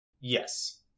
Yes